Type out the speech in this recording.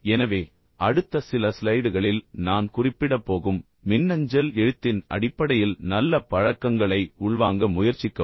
எனவே அடுத்த சில ஸ்லைடுகளில் நான் குறிப்பிடப் போகும் மின்னஞ்சல் எழுத்தின் அடிப்படையில் நல்ல பழக்கங்களை உள்வாங்க முயற்சிக்கவும்